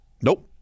Nope